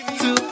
two